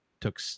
took